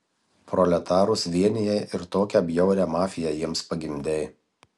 proletarus vienijai ir tokią bjaurią mafiją jiems pagimdei